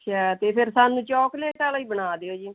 ਅੱਛਾ ਅਤੇ ਫਿਰ ਸਾਨੂੰ ਚੋਕਲੇਟ ਵਾਲਾ ਹੀ ਬਣਾ ਦਿਓ ਜੀ